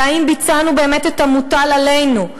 והאם ביצענו באמת את המוטל עלינו.